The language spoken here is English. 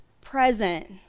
present